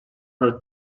her